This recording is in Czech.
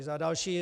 Za další.